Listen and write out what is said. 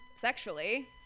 sexually